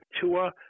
Tua